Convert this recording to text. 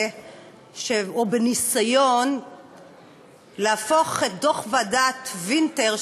או בניסיון להפוך את דוח ועדת וינטר,